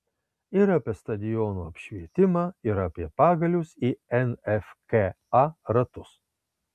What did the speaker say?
ir apie stadionų apšvietimą ir apie pagalius į nfka ratus